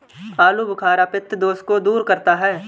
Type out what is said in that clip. आलूबुखारा पित्त दोष को दूर करता है